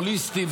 הוליסטי,